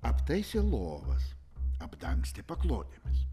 aptaisė lovas apdangstė paklodėmis